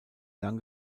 lang